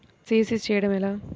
CC చేయడము ఎలా?